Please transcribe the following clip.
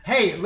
Hey